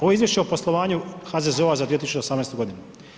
Ovo je izvješće o poslovanju HZZO-a za 2018. godinu.